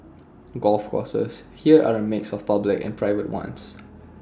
golf courses here are A mix of public and private ones